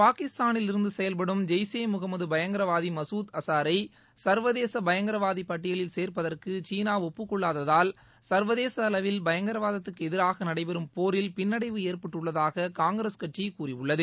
பாகிஸ்தானிலிருந்து செயல்படும் ஜெய் ஷே முகமது பயங்கரவாதி மசூத் அசாரை சா்வதேச பயங்கரவாதி பட்டியலில் சேன்ப்பதற்கு சீனா ஒப்பக் கொள்ளாததால் சள்வதேச அளவில் பயங்கரவாதத்துக்கு எதிராக நடைபெறும் போரில் பின்னடைவு ஏற்பட்டுள்ளதாக காங்கிரஸ் கட்சி கூறியுள்ளது